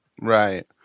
Right